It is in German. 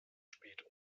spät